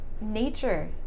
nature